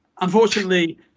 Unfortunately